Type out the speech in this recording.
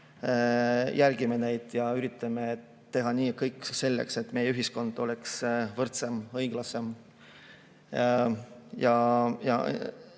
järgime neid ja üritame teha kõik selleks, et meie ühiskond oleks võrdsem ja õiglasem ning